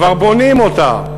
כבר בונים אותה.